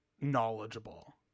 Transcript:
knowledgeable